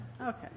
Okay